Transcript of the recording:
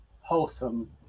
wholesome